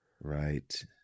Right